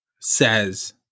says